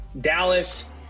Dallas